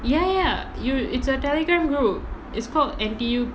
ya ya ya you it's a Telegram group it's called N_T_U